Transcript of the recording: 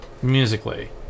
musically